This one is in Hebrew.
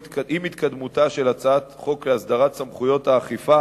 התקדמותה של הצעת חוק להסדרת סמכויות האכיפה